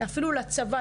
אפילו לצבא,